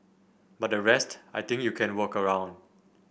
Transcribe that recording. but the rest I think you can work around